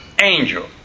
Angel